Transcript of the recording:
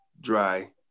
dry